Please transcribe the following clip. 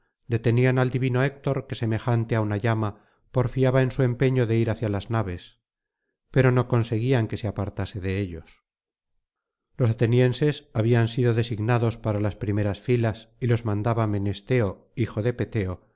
detenían al divino héctor que semejante á una llama porfiaba en su empeño de ir hacia las naves pero no conseguían que se apartase de ellos los atenienses habían sido designados para las primeras filas y los mandaba menesteo hijo de peteo á